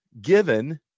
given